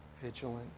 vigilant